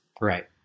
Right